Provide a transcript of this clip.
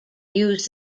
used